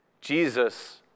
Jesus